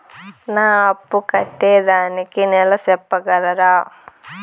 నా అప్పు కట్టేదానికి నెల సెప్పగలరా?